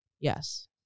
Yes